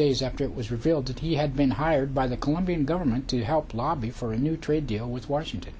days after it was revealed that he had been hired by the colombian government to help lobby for a new trade deal with washington